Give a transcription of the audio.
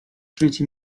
przecie